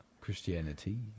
Christianity